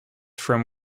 from